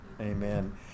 Amen